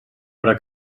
hora